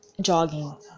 jogging